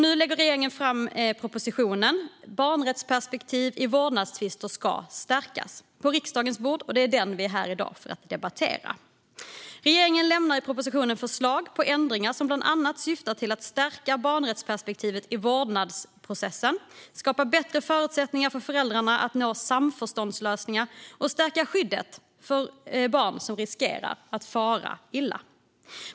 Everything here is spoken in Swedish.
Nu lägger regeringen fram propositionen Ett stärkt b arnrättsperspektiv i vårdnadstvister på riksdagens bord, och det är den vi är här i dag för att debattera.